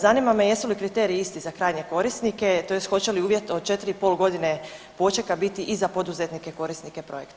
Zanima me jesu li kriteriji isti za krajnje korisnike tj. hoće li uvjet od 4,5 godine počeka biti i za poduzetnike, korisnike projekta?